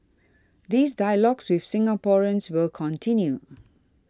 these dialogues with Singaporeans will continue